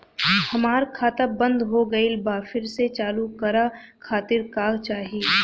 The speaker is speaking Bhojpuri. हमार खाता बंद हो गइल बा फिर से चालू करा खातिर का चाही?